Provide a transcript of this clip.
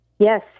Yes